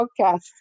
podcast